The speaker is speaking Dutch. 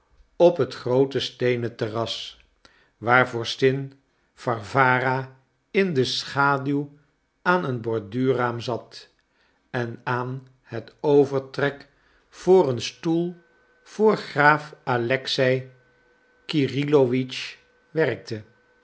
op het groote steenen terras waar vorstin warwara in de schaduw aan een borduurraam zat en aan het overtrek voor een stoel voor graaf alexei kyrillowitsch werkte